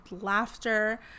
laughter